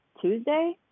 Tuesday